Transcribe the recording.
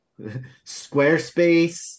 Squarespace